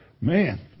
Man